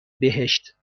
بهشت